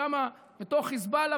שם בתוך חיזבאללה,